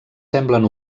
semblen